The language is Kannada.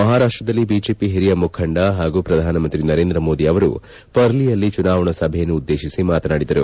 ಮಹಾರಾಷ್ಷದಲ್ಲಿ ಬಿಜೆಪಿ ಓರಿಯ ಮುಖಂಡ ಪ್ರಧಾನಮಂತ್ರಿ ನರೇಂದ್ರ ಮೋದಿ ಅವರು ಪರ್ಲಿಯಲ್ಲಿ ಚುನಾವಣಾ ಸಭೆಯನ್ನುದ್ದೇಶಿಸಿ ಮಾತನಾಡಿದರು